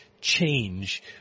change